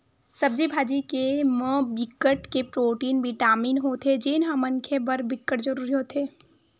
सब्जी भाजी के म बिकट के प्रोटीन, बिटामिन होथे जेन ह मनखे बर बिकट जरूरी होथे